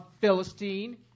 Philistine